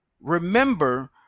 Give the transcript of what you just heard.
remember